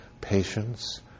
patience